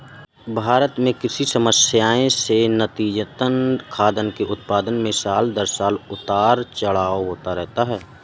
भारत में कृषि समस्याएं से नतीजतन, खाद्यान्न के उत्पादन में साल दर साल उतार चढ़ाव होता रहता है